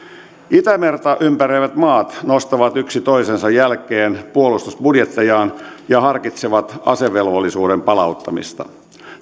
itämerta ympäröivät maat nostavat yksi toisensa jälkeen puolustusbudjettejaan ja harkitsevat asevelvollisuuden palauttamista